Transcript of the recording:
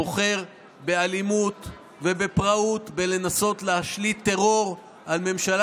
בוחר באלימות ובפראות בלנסות להשליט טרור על ממשלה